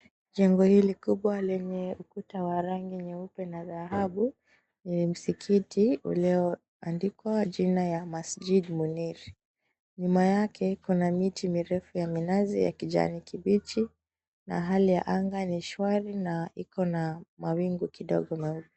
Jengo hili kubwa lenye ukuta wa rangi nyeupe na dhahabu, ni msikiti ulioandikwa jina ya "Masjid Munir". Nyuma yake kuna miti mirefu ya minazi ya kijani kibichi, na hali ya anga ni shwari na ikona mawingu kidogo.